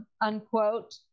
unquote